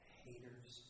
haters